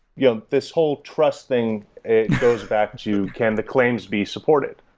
yeah this whole trust thing goes back to can the claims be supported?